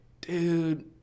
dude